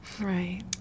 Right